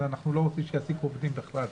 אנחנו לא רוצים שהוא יעסיק עובדים בכלל.